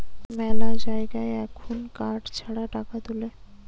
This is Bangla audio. মেলা জায়গায় এখুন কার্ড ছাড়া টাকা তুলে